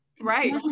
right